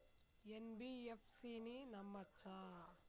NBFC ని నమ్మచ్చా?